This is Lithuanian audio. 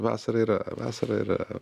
vasarą yra vasarą yra